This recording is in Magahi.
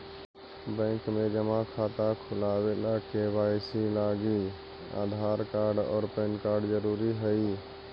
बैंक में जमा खाता खुलावे ला के.वाइ.सी लागी आधार कार्ड और पैन कार्ड ज़रूरी हई